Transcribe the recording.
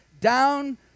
down